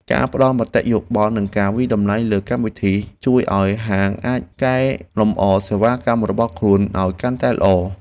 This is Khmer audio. ការផ្តល់មតិយោបល់និងការវាយតម្លៃលើកម្មវិធីជួយឱ្យហាងអាហារអាចកែលម្អសេវាកម្មរបស់ខ្លួនឱ្យកាន់តែល្អ។